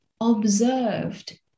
observed